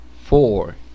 four